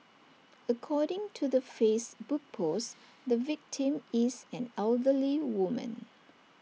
according to the Facebook post the victim is an elderly woman